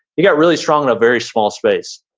he got really strong in a very small space.